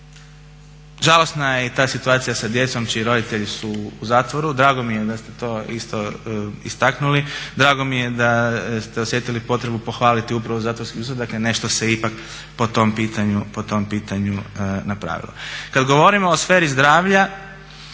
Žalosna je i ta situacija sa djecom čiji roditelji su u zatvoru. Drago mi je da ste to isto istaknuli. Drago mi je da ste osjetili potrebu pohvaliti upravo zatvorski sustav. Dakle, nešto se ipak po tom pitanju napravilo. Kad govorimo o sferi zdravlja